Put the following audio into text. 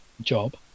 job